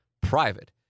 private